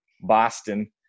Boston